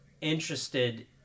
interested